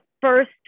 first